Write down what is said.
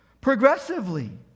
Progressively